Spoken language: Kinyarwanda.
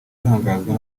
atangazwa